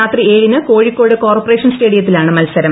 രാത്രി ഏഴിന് കോഴിക്കോട് കോർപ്പറേഷൻ സ്റ്റേഡിയത്തിലാണ് മത്സരം